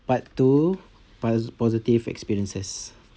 part two posi~ positive experiences